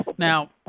Now